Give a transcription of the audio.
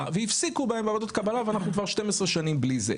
והפסיקו בהם ועדות קבלה ואנחנו כבר 12 שנים בלי זה.